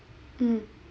mm